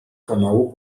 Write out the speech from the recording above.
kanału